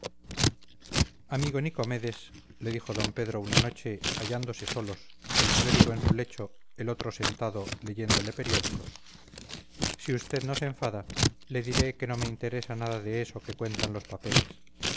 amigo nicomedes le dijo d pedro una noche hallándose solos el clérigo en su lecho el otro sentado leyéndole periódicos si usted no se enfada le diré que no me interesa nada de eso que cuentan los papeles